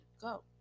go